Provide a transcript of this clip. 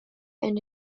and